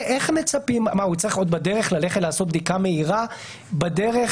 מצפים ממנו שילך לעשות בדיקה מהירה בדרך